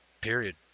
Period